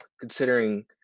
Considering